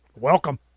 Welcome